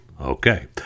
Okay